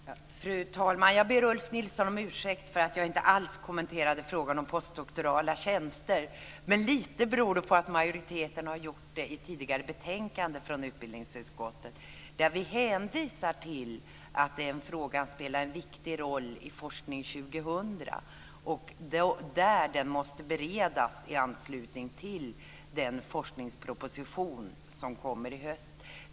Fru talman! Jag ber Ulf Nilsson om ursäkt för att jag inte alls kommenterade frågan om postdoktorala tjänster. Men det beror på att majoriteten har gjort det i ett tidigare betänkande från utbildningsutskottet där vi hänvisar till att frågan spelar en viktig roll i Forskning 2000, och att den måste beredas i anslutning till den forskningsproposition som kommer i höst.